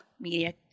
media